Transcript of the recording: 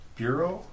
bureau